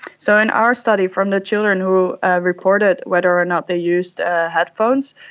so in our study, from the children who reported whether or not they used ah headphones,